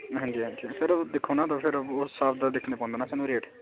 फिर तुस दिक्खो आं होर स्हाब किरपाल दी रुटीन